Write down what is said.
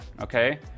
okay